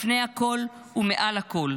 לפני הכול ומעל הכול.